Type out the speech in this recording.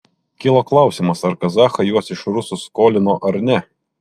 kilo klausimas ar kazachai juos iš rusų skolino ar ne